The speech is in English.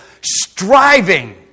striving